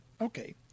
Okay